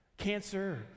cancer